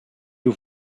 you